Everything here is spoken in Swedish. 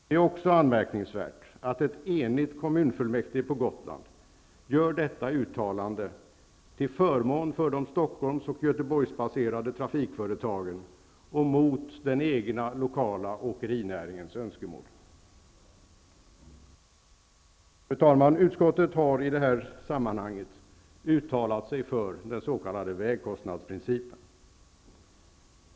Det är också anmärkningsvärt att ett enigt kommunfullmäktige på Gotland gör detta uttalande till förmån för de Stockholms och Göteborgsbaserade trafikföretagen och mot den egna lokala åkerinäringens önskemål. Fru talman! Utskottet har i det här sammanhanget uttalat sig för den s.k. vägkostnadsprincipen.